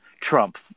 Trump